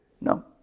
No